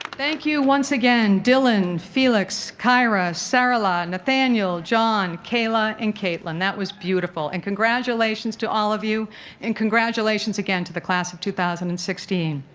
thank you once again dillon, felix, kyra, sarala, nathaniel, john, kayla and kaitlyn. that was beautiful and congratulations to all of you and congratulations again to the class of two thousand and sixteen!